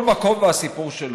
כל מקום והסיפור שלו.